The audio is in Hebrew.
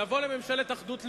לבוא לממשלת אחדות לאומית,